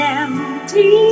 empty